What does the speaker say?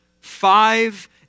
five